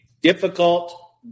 difficult